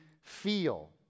feel